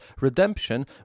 redemption